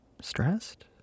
Stressed